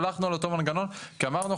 הלכנו על אותו מנגנון כי אמרנו,